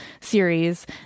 series